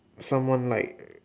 someone like